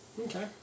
Okay